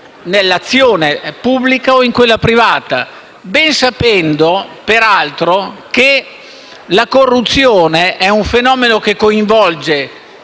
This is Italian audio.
nell'azione pubblica o in quella privata. Ben sapendo per altro che la corruzione è un fenomeno che coinvolge